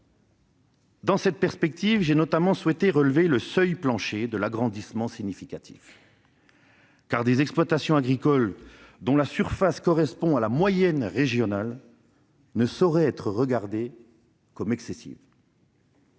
Dans cette perspective, j'ai notamment souhaité relever le seuil plancher de l'agrandissement significatif, car des exploitations agricoles dont la surface correspond à la moyenne régionale ne sauraient être regardées comme excessives.